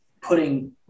putting